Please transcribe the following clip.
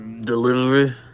delivery